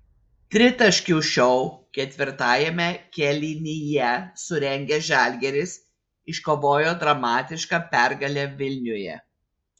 tritaškių šou ketvirtajame kėlinyje surengęs žalgiris iškovojo dramatišką pergalę vilniuje